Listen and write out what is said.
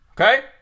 okay